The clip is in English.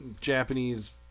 Japanese